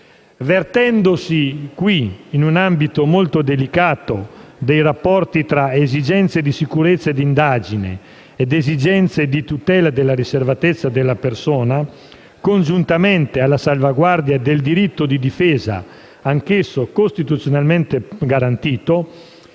questo caso di un ambito molto delicato dei rapporti tra esigenze di sicurezza, d'indagine e di tutela della riservatezza della persona, congiuntamente alla salvaguardia del diritto di difesa, anch'esso costituzionalmente garantito,